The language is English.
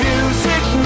Music